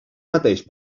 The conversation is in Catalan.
mateix